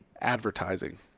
advertising